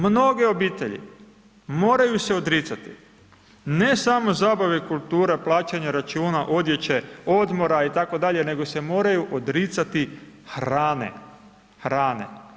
Mnoge obitelji moraju se odricati ne samo zabave i kultura, plaćanje računa, odjeće, odmora itd. nego se moraju odricati hrane, hrane.